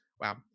wow